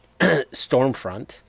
Stormfront